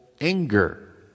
anger